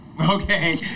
okay